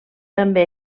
també